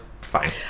fine